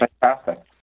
fantastic